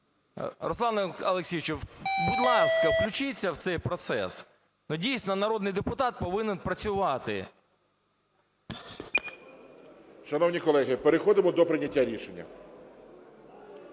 Руслане Олексійовичу, будь ласка, включіться в цей процес. Ну дійсно народний депутат повинен працювати. ГОЛОВУЮЧИЙ. Шановні колеги, переходимо до прийняття рішення.